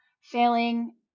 failing